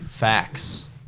facts